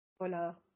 Hola